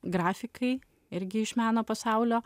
grafikai irgi iš meno pasaulio